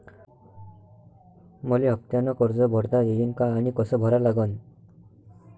मले हफ्त्यानं कर्ज भरता येईन का आनी कस भरा लागन?